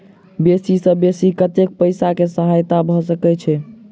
बेसी सऽ बेसी कतै पैसा केँ सहायता भऽ सकय छै?